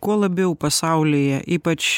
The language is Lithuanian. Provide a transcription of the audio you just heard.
kuo labiau pasaulyje ypač